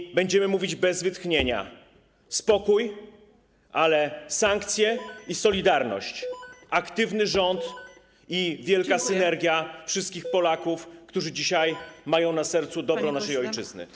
I będziemy mówić bez wytchnienia: spokój, ale sankcje i solidarność, aktywny rząd i wielka synergia wszystkich Polaków, którzy dzisiaj mają na sercu dobro naszej ojczyzny.